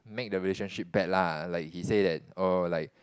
make the relationship bad lah like he say that oh like